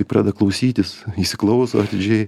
ir pradeda klausytis įsiklauso atidžiai